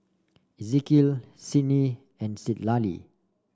Ezekiel Sydni and Citlali